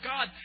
God